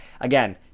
Again